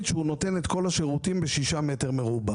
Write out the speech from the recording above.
שהוא נותן את כול השירותים בשישה מ"ר.